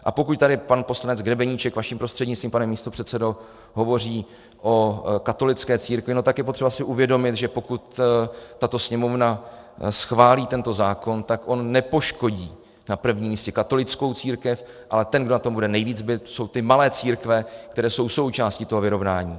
A pokud tady pan poslanec Grebeníček vaším prostřednictvím, pane místopředsedo, hovoří o katolické církvi, tak je potřeba si uvědomit, že pokud tato Sněmovna schválí tento zákon, tak on nepoškodí na prvním místě katolickou církev, ale ten, kdo na tom bude nejvíce bit, jsou ty malé církve, které jsou součástí toho vyrovnání.